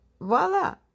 Voila